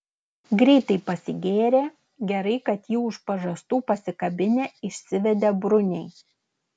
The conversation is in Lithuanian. greitai pasigėrė gerai kad jį už pažastų pasikabinę išsivedė bruniai